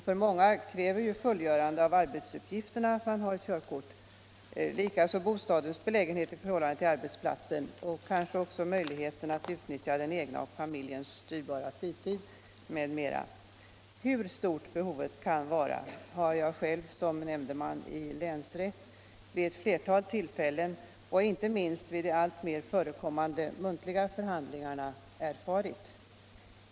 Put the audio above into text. För många kräver fullgörande av ar betsuppgifterna att man har ett körkort, likaså bostadens belägenhet i förhållande till arbetsplatsen och kanske möjligheten att utnyttja den egna och familjens dyrbara fritid m.m. Hur stort behovet kan vara har jag själv, som nämndeman i länsrätt, vid ett flertal tillfällen, inte minst vid de alltmer förekommande muntliga förhandlingarna, erfarit.